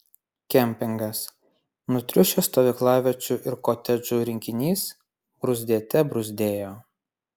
kempingas nutriušęs stovyklaviečių ir kotedžų rinkinys bruzdėte bruzdėjo